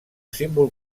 símbol